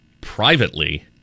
Privately